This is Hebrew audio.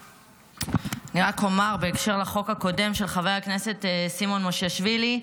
אני רק אומר בהקשר של החוק הקודם של חבר הכנסת סימון מושיאשוילי,